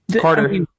Carter